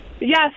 Yes